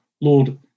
Lord